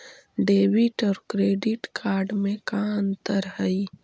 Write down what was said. Debit और credit card में का अंतर हइ?